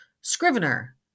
Scrivener